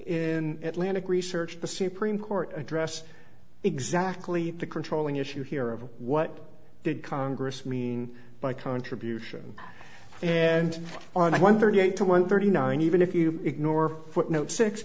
in atlantic research the supremes court address exactly the controlling issue here of what did congress mean by contribution and on one thirty eight to one thirty nine even if you ignore footnote six